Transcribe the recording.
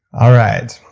all right.